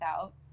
out